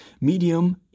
medium